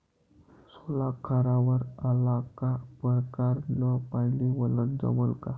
सोला खारावर आला का परकारं न पानी वलनं जमन का?